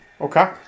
Okay